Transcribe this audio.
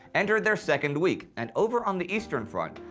entered their second week, and over on the eastern front,